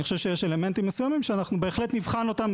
אני חושב שיש אלמנטים מסוימים שאנחנו בהחלט נבחן אותם,